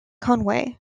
conway